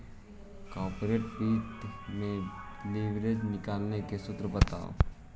corporate वित्त में leverage निकाले के सूत्र बताओ